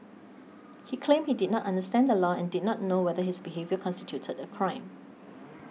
he claimed he did not understand the law and did not know whether his behaviour constituted a crime